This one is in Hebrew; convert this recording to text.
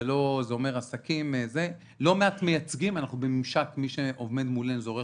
לא מעט מייצגים אנחנו בממשק עם רואי-חשבון,